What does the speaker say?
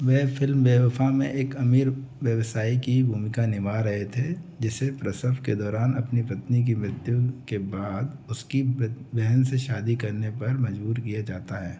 वे film Bewafa में एक अमीर व्यवसायी की भूमिका निभा रहे थे जिसे प्रसव के दौरान अपनी पत्नी की मृत्यु के बाद उसकी बहन से शादी करने पर मजबूर किया जाता है